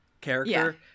character